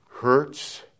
Hurts